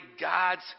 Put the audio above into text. God's